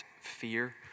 fear